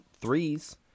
threes